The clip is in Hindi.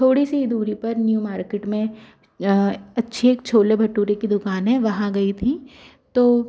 थोड़ी सी ही दूरी पर न्यू मार्केट में अच्छी एक छोले भटूरे की दुकान है वहाँ गई थीं तो